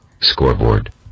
Scoreboard